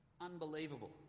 Unbelievable